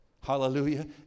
Hallelujah